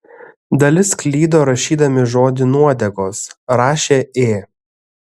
dalis klydo rašydami žodį nuodegos rašė ė